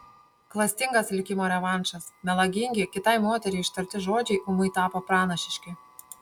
klastingas likimo revanšas melagingi kitai moteriai ištarti žodžiai ūmai tapo pranašiški